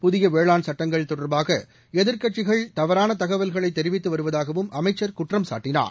புதிய வேளாண் சட்டங்கள் தொடர்பாக எதிர்க்கட்சிகள் தவறான தகவல்களை தெரிவித்து வருவதாகவும் அமைச்சர் குற்றம் சாட்டினார்